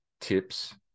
tips